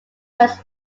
present